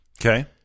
Okay